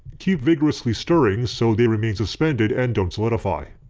keep vigorously stirring so they remain suspended and don't solidify.